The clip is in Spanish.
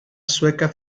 sueca